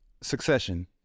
Succession